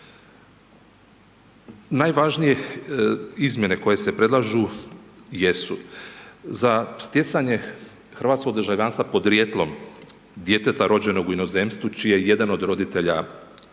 Najvažnije izmjene koje se predlažu jesu za stjecanje hrvatskog državljanstva podrijetlom djeteta rođenog u inozemstvu čiji je jedan od roditelja u